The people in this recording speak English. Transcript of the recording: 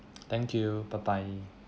thank you bye bye